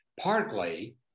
partly